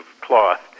cloth